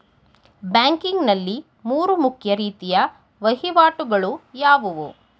Banking ನಲ್ಲಿ ಮೂರು ಮುಖ್ಯ ರೀತಿಯ ವಹಿವಾಟುಗಳು ಯಾವುವು?